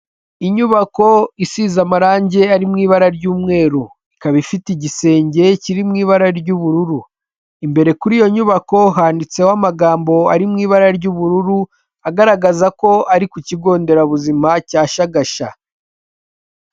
Inyubako isize amarange ari mu ibara ry'umweru, ikaba ifite igisenge kiri mu ibara ry'ubururu. Imbere kuri iyo nyubako handitseho amagambo ari mu ibara ry'ubururu, agaragaza ko ari ku kigo nderabuzima cya Shagasha.